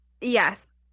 Yes